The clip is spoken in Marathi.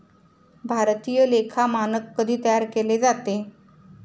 भारतीय लेखा मानक कधी तयार केले जाते?